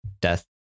death